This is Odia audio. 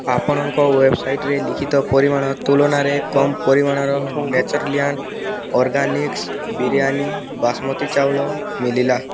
ଆପଣଙ୍କ ୱେବ୍ସାଇଟ୍ରେ ଲିଖିତ ପରିମାଣ ତୁଳନାରେ କମ୍ ପରିମାଣର ନେଚର୍ଲ୍ୟାଣ୍ଡ ଅର୍ଗାନିକ୍ସ ବିରିୟାନି ବାସୁମତୀ ଚାଉଳ ମିଳିଲା